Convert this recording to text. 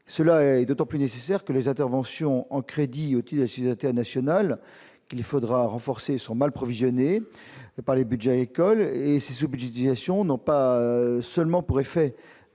cela est d'autant plus nécessaire que les interventions en crédit, tu as signé internationale qu'il faudra renforcer son mal provisionnés par les Budgets, écoles et c'est ce budget budgétisation non pas seulement pour effet